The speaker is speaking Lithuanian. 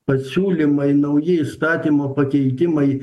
pasiūlymai nauji įstatymo pakeitimai